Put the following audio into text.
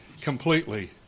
completely